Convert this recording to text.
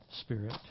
Spirit